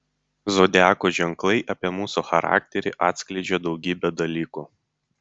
zodiako ženklai apie mūsų charakterį atskleidžią daugybę dalykų